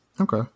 Okay